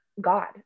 God